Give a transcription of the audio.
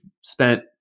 spent